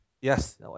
Yes